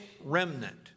remnant